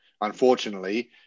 Unfortunately